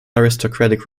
aristocratic